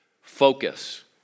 focus